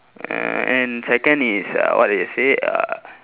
err and second is uh what did I say uh